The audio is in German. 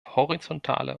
horizontale